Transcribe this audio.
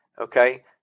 Okay